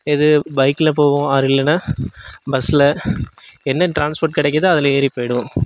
இது பைக்ல போவோம் ஆர் இல்லைனா பஸ்ல என்ன டிரான்ஸ்போர்ட் கிடைக்கிதோ அதில் ஏறி போய்டுவோம்